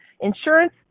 insurance